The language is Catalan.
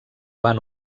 van